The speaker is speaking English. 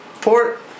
port